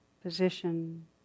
position